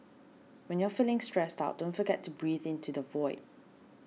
when you are feeling stressed out don't forget to breathe into the void